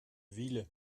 wielen